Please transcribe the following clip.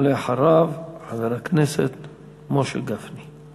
ואחריו, חבר הכנסת משה גפני.